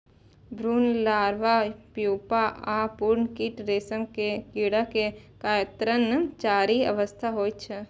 भ्रूण, larva, pupa आ पूर्ण कीट रेशम के कीड़ा के कायांतरणक चारि अवस्था होइ छै